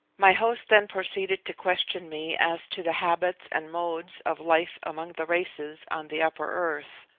my host then proceeded to question me as to the habits and modes of life among the races on the upper earth,